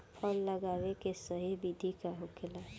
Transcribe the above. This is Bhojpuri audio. फल लगावे के सही विधि का होखेला?